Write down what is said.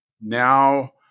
now